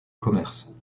commerce